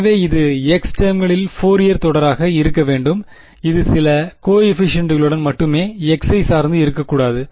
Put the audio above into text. எனவே இது x டெர்ம்களில் ஃபோரியர் தொடராக இருக்க வேண்டும் அது சில கோஎபிஸியன்ட்களுடன் மட்டுமே x ஐ சார்ந்து இருக்கக்கூடாது